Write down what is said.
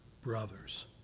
brothers